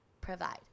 provide